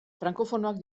frankofonoak